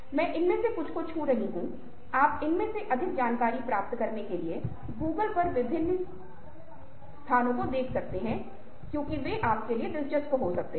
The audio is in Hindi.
मैं इनमें से कुछ को छू रहा हूं आप इनमें से अधिक जानकारी प्राप्त करने के लिए Google पर विभिन्न स्थानों को देख सकते हैं क्योंकि वे आपके लिए दिलचस्प हो सकते हैं